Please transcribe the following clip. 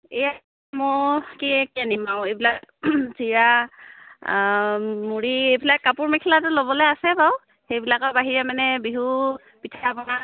এই মই কি কি আনিম বাৰু এইবিলাক চিৰা মুড়ি এইবিলাক কাপোৰ মেখেলাটো ল'বলৈ আছে বাৰু সেইবিলাকৰ বাহিৰে মানে বিহু পিঠা পনা